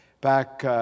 back